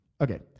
Okay